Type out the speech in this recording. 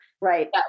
right